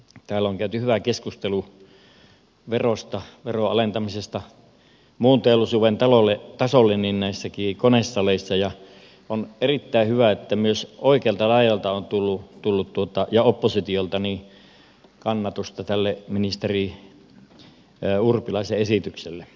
täällä on käyty hyvä keskustelu verosta veron alentamisesta muun teollisuuden tasolle näissä konesaleissakin ja on erittäin hyvä että myös oikealta laidalta ja oppositiolta on tullut kannatusta tälle ministeri urpilaisen esitykselle